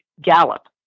gallop